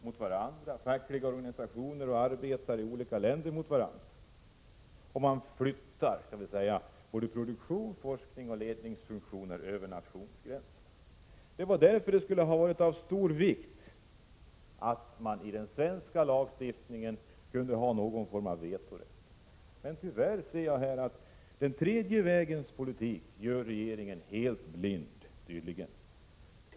De spelar också ut fackliga organisationer och arbetare i olika länder mot varandra. Man kan säga att man flyttar såväl produktion och forskning som ledningsfunktioner över nationsgränserna. Det skulle därför vara av stor vikt att ha någon form av vetorätt inskriven i de svenska lagbestämmelserna. Men den tredje vägens politik gör tydligen regeringen blind.